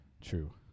True